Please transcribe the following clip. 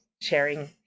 sharing